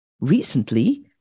Recently